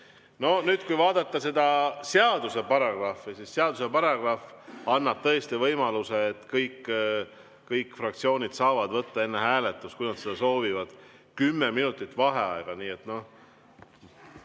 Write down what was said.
Kui vaadata seda seaduse paragrahvi, siis [näeme, et] see annab tõesti võimaluse, et kõik fraktsioonid saavad võtta enne hääletust, kui nad seda soovivad, kümme minutit vaheaega.